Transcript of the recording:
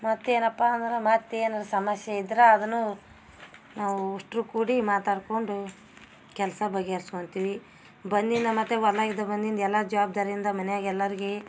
ಮತ್ತು ಏನಪ್ಪ ಅಂದ್ರೆ ಮತ್ತೆ ಏನು ಸಮಸ್ಯೆ ಇದ್ರ ಅದನ್ನು ನಾವು ಉಷ್ಟ್ರು ಕೂಡಿ ಮಾತಾಡ್ಕೊಂಡು ಕೆಲಸ ಬಗೆಹರ್ಸ್ಕೊತಿವಿ ಬನ್ನಿ ನಾ ಮತ್ತೆ ಹೊಲ ಇದ್ದ ಬಂದಿನ್ದ ಎಲ್ಲ ಜವಾಬ್ದಾರಿಯಿಂದ ಮನೆಯಾಗೆ ಎಲ್ಲರಿಗು